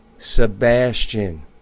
Sebastian